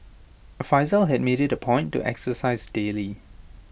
Faizal had made IT A point to exercise daily